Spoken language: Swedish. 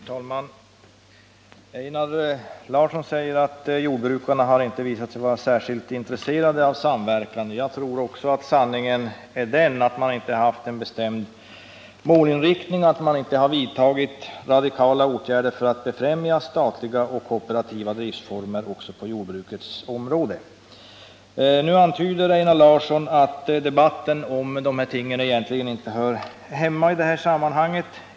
Herr talman! Einar Larsson säger att jordbrukarna inte visat sig vara särskilt intresserade av samverkan. Jag tror att sanningen är den att man inte haft någon bestämd målinriktning och därför inte vidtagit radikala åtgärder för att befrämja statliga och kooperativa driftsformer också på jordbrukets område. Nu antyder Einar Larsson att dessa ting egentligen inte hör hemma i detta sammanhang.